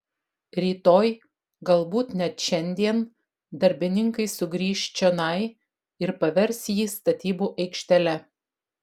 rytoj galbūt net šiandien darbininkai sugrįš čionai ir pavers jį statybų aikštele